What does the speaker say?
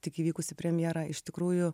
tik įvykusi premjera iš tikrųjų